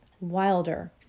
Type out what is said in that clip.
wilder